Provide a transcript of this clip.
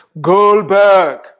Goldberg